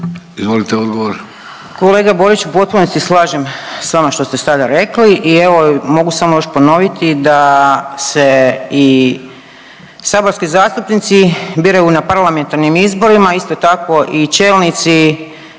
Ankica (HDZ)** Kolega Borić u potpunosti slažem s vama što ste sada rekli i evo mogu samo još ponoviti da se i saborski zastupnici biraju na parlamentarnim izborima, a isto tako i čelnici